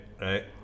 right